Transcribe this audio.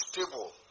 stable